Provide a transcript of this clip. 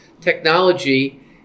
technology